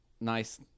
nice